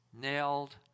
nailed